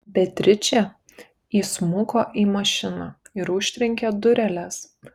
beatričė įsmuko į mašiną ir užtrenkė dureles